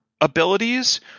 abilities